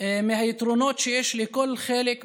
מהיתרונות שיש לכל חלק באוכלוסייה,